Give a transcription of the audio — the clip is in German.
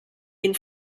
den